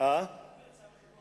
הוא יצא מחברון.